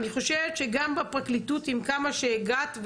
אני חושבת שגם בפרקליטות עם כמה שהגעת,